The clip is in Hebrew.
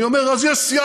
אני אומר: אז יש סייג,